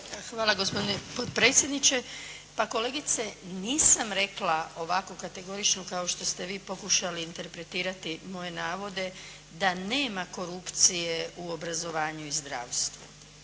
Hvala gospodine potpredsjedniče. Pa kolegice, nisam rekla ovako kategorično kao što ste vi pokušali interpretirati moje navode da nema korupcije u obrazovanju i zdravstvu.